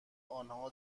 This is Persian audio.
آنها